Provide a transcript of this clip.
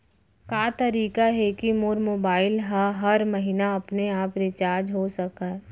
का तरीका हे कि मोर मोबाइल ह हर महीना अपने आप रिचार्ज हो सकय?